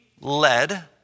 led